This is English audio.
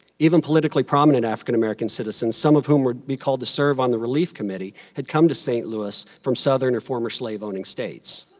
even politically prominent african american citizens, some of whom were called to serve on the relief committee, had come to st. louis from southern or former slave owning states.